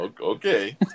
Okay